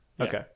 okay